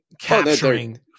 capturing –